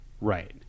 right